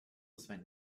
spent